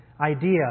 idea